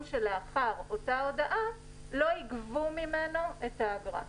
שלאחר מסירת ההודעה לא יגבו ממנו את האגרה.